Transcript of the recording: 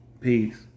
Peace